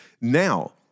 Now